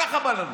ככה בא לנו.